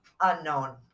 unknown